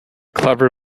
clever